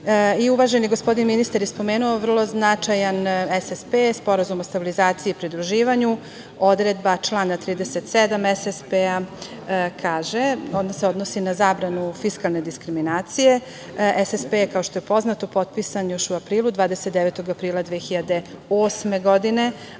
uvaženi, gospodin ministar je spomenuo, vrlo značajan SSP, sporazum o stabilizaciji i pridruživanju, odredba člana 37. SSP-a, kaže, ono se odnosi na zabranu fiskalne konsolidacije. Kao što je poznato SSP je potpisan još u aprilu, 29. aprila 2008. godine,